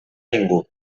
ningú